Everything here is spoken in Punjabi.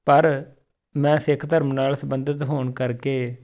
ਪਰ ਮੈਂ ਸਿੱਖ ਧਰਮ ਨਾਲ ਸੰਬੰਧਿਤ ਹੋਣ ਕਰਕੇ